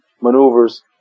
maneuvers